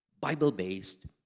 bible-based